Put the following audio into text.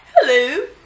Hello